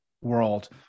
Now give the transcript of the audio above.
world